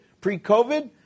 pre-COVID